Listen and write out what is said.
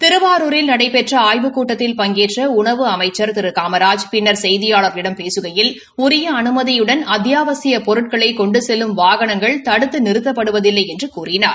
திருவாரூரில் நடைபெற்ற ஆய்வுக்கூட்டத்தில் பங்கேற்ற உணவு அமைக்கள் திரு காமராஜ் பின்னா செய்தியாள்களிடம் பேககையில் உரிய அனுமதியுடன் அத்தியாவசியப் பொருட்களை கொன்டு செல்லும் வாகனங்ளகள் தடுத்து நிறுத்தப்படுவதில்லை என்று கூறினார்